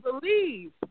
believe